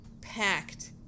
packed